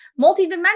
multidimensional